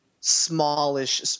smallish